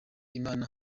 imana